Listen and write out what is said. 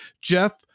jeff